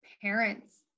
parents